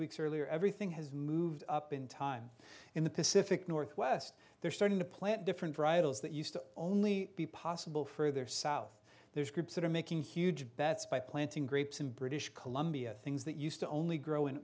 weeks earlier everything has moved up in time in the pacific northwest they're starting to plant different varietals that used to only be possible further south there's groups that are making huge bets by planting grapes in british columbia things that used to only grow in